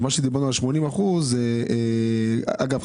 אגב,